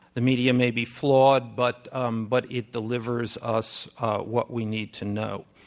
the media may be flawed but um but it delivers us what we need to know.